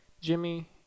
Jimmy